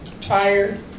tired